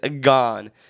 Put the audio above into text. gone